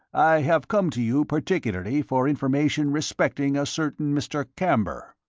i have come to you particularly for information respecting a certain mr. camber.